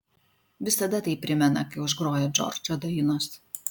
visada tai primena kai užgroja džordžo dainos